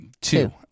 Two